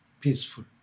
peaceful